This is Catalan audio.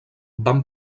vam